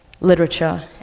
literature